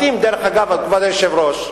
אגב, כבוד היושב-ראש,